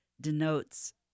denotes